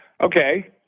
Okay